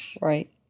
right